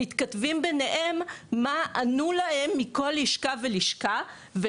מתכתבים ביניהם מה ענו להם מכל לשכה ולשכה,